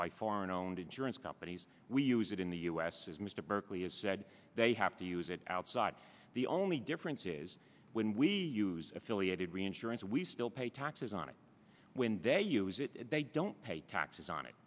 by foreign owned insurance companies we use it in the us as mr berkeley has said they have to use it outside the only difference is when we use affiliated reinsurance we still pay taxes on it when they use it and they don't pay taxes on it